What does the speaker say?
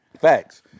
Facts